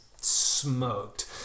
smoked